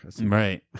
Right